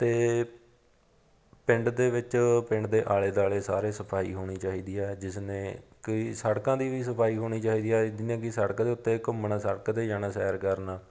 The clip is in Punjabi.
ਅਤੇ ਪਿੰਡ ਦੇ ਵਿੱਚ ਪਿੰਡ ਦੇ ਆਲੇ ਦੁਆਲੇ ਸਾਰੇ ਸਫਾਈ ਹੋਣੀ ਚਾਹੀਦੀ ਹੈ ਜਿਸ ਨੇ ਕਈ ਸੜਕਾਂ ਦੀ ਵੀ ਸਫਾਈ ਹੋਣੀ ਚਾਹੀਦੀ ਹੈ ਜਿਸ ਨੇ ਕਿ ਸੜਕ ਦੇ ਉੱਤੇ ਘੁੰਮਣਾ ਸੜਕ 'ਤੇ ਜਾਣਾ ਸੈਰ ਕਰਨ